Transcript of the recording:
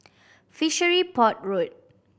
Fishery Port Road